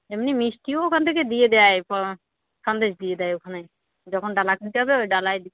এমনি মিষ্টিও ওখান থেকে দিয়ে দেয় সন্দেশ দিয়ে দেয় ওখানে যখন ডালা কিনতে যাবে ওই ডালায়